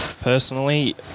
Personally